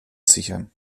sichern